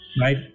right